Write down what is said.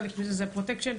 חלק מזה זה הפרוטקשן.